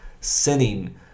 sinning